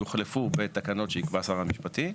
יוחלפו בתקנות שיקבע שר המשפטים,